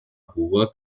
rua